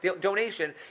donation